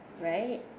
Right